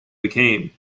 became